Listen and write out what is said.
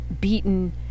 beaten